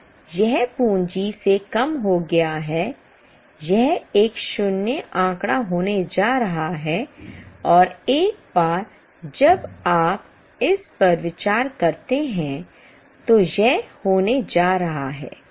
तो यह पूंजी से कम हो गया है यह एक शून्य आंकड़ा होने जा रहा है और एक बार जब आप इस पर विचार करते हैं तो यह होने जा रहा है